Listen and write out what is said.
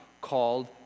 called